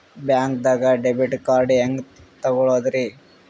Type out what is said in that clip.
ಬ್ಯಾಂಕ್ದಾಗ debit card ಹೆಂಗ್ ತಗೊಳದ್ರಿ?